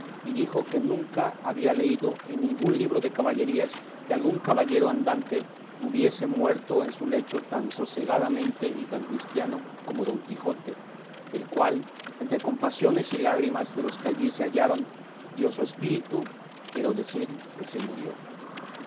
y dijo que nunca había leído en ningún libro de caballerías que algún caballero andante hubiese muerto en su lecho tan sosegadamente y tan cristiano como don quijote el cual entre compasiones y lágrimas de los que allí se hallaron dio su espíritu quiero decir que se murió